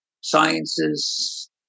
sciences